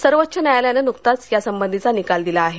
सर्वोच्च न्यायालयानं नुकताच या संबंधीचा निकाल दिला आहे